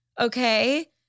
okay